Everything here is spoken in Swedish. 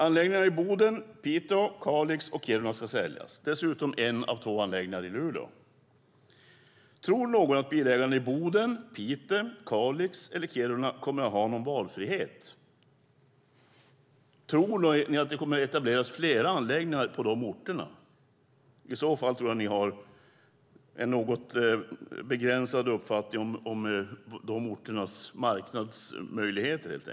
Anläggningarna i Boden, Piteå, Kalix och Kiruna ska säljas och dessutom en av två anläggningar i Luleå. Tror ni att bilägarna i Boden, Piteå, Kalix eller Kiruna kommer att ha någon valfrihet? Tror ni att det kommer att etableras fler anläggningar på dessa orter? I så fall tror jag att ni har en något begränsad uppfattning om dessa orters marknadsmöjligheter.